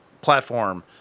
Platform